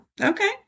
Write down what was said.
okay